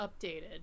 updated